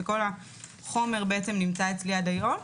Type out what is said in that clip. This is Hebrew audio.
וכל החומר נמצא אצלי עד היום.